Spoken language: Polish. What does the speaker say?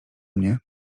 mnie